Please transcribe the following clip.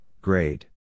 grade